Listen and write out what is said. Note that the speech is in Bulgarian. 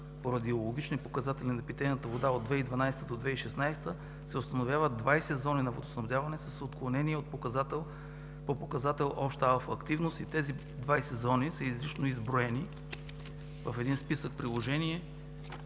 поради алогични показатели на питейната вода от 2012-а до 2016 г. се установяват 20 зони на водоснабдяване с отклонение по показател обща алфа-активност и тези 20 зони са изрично изброени в един списък-приложение,